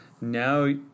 now